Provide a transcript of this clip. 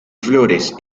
flores